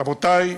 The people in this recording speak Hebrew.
רבותי,